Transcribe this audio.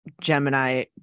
Gemini